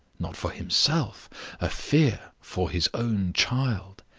not for himself a fear for his own child.